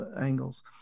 angles